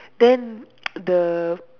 then the